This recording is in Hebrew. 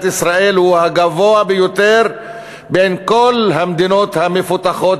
ישראל הוא הגבוה ביותר בין כל המדינות המפותחות,